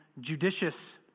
judicious